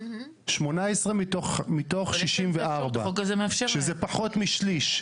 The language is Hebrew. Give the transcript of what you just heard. שזה פחות משליש.